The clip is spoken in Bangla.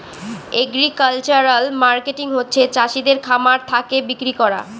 এগ্রিকালচারাল মার্কেটিং হচ্ছে চাষিদের খামার থাকে বিক্রি করা